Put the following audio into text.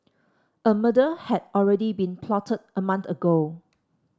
a murder had already been plotted a month ago